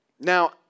Now